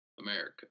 America